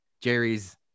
Jerry's